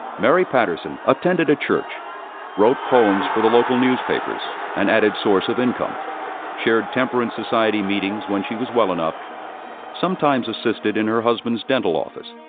mary patterson attended a church wrote poems for the local newspapers an added source of income chaired temperance society meetings, when she was well enough sometimes assisted in her husband's dental office.